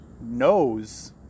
knows